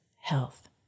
health